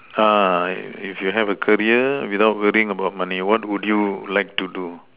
if you have a career without worrying about money what will you like to do